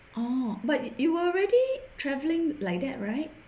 oh but you already travelling like that right